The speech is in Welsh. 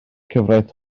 cyfraith